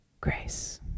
grace